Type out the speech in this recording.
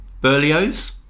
Berlioz